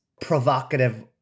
provocative